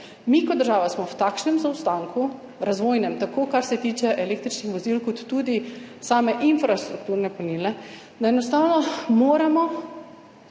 Mi kot država smo v takšnem razvojnem zaostanku, tako kar se tiče električnih vozil kot tudi same infrastrukturne polnilne, da enostavno moramo